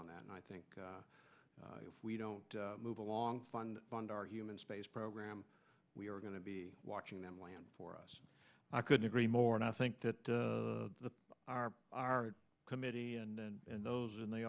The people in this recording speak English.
on that and i think if we don't move along fund beyond our human space program we are going to be watching them land for us i couldn't agree more and i think that the our our committee and those in the